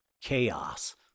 chaos